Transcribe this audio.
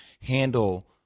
handle